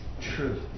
true